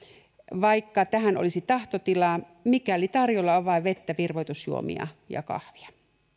vaikka tähän olisi tahtotilaa mikäli tarjolla on vain vettä virvoitusjuomia ja kahvia